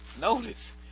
notice